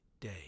day